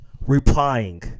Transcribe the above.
replying